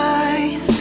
eyes